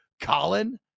colin